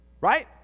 right